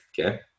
Okay